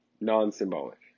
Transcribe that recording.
non-symbolic